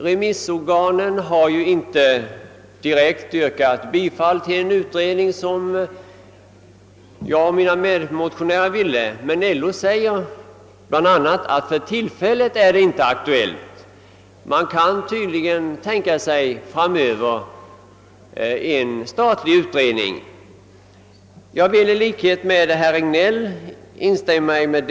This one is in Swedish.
Remissinstanserna har inte tillstyrkt den utredning som jag och mina medmotionärer föreslog, men LO säger att en sådan inte är aktuell »för närvarande». Man kan tydligen tänka sig en statlig utredning om dessa frågor framöver.